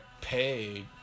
pay